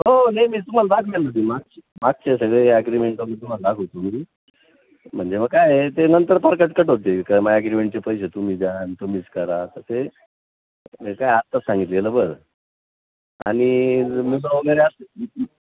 हो नाही मी तुम्हाला दाखवेन ना मी मागचे मागचे सगळे ॲग्रीमेंट मी तुम्हाला दाखवत मी म्हणजे मग काय ते नंतर पार कटकट होते काय मग ॲग्रीमेंटचे पैसे तुम्ही द्या तुम्हीच करा तसे काय आता सांगितलेलं बरं आणि मी तर वगैरे असं